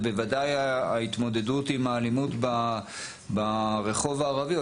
ובוודאי ההתמודדות עם האלימות ברחוב הערבי,